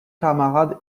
camarades